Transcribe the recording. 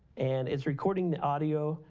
and it's recording the audio,